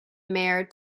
mare